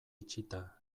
itxita